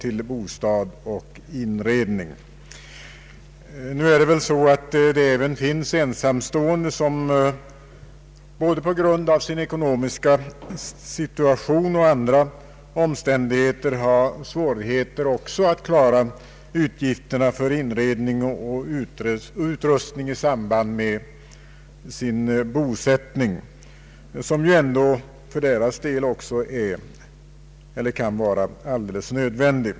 Emellertid finns det även ensamstående som både på grund av sin ekonomiska situation och andra omständigheter har svårt att klara utgifterna för inredning och utrustning i samband med en bosättning som också för deras del kan vara. alldeles nödvändig.